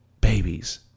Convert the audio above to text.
babies